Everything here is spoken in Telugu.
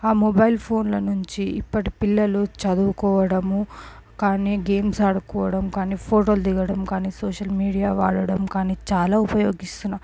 ఆ మొబైల్ ఫోన్ల నుంచి ఇప్పటి పిల్లలు చదువుకోవడం కానీ గేమ్స్ ఆడుకోవడం కానీ ఫోటోలు దిగడం కానీ సోషల్ మీడియా వాడడం కానీ చాలా ఉపయోగిస్తున్నారు